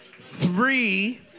three